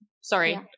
sorry